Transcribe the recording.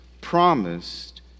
promised